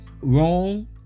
wrong